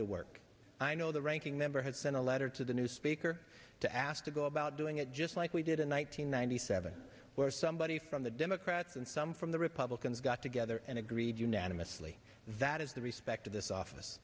to work i know the ranking member had sent a letter to the new speaker to ask to go about doing it just like we did in one thousand nine hundred seventy where somebody from the democrats and some from the republicans got together and agreed unanimously that is the respect of this office